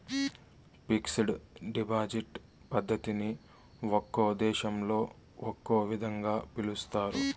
fixed deposit పద్ధతిని ఒక్కో దేశంలో ఒక్కో విధంగా పిలుస్తారు